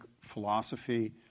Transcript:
philosophy